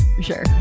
Sure